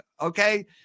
Okay